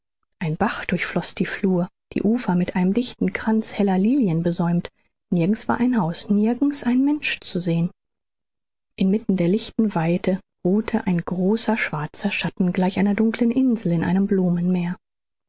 ein bach durchfloß die flur die ufer mit einem dichten kranz heller lilien besäumt nirgends war ein haus nirgends ein mensch zu sehen inmitten der lichten weite ruhte ein großer schwarzer schatten gleich einer dunklen insel in diesem